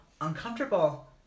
uncomfortable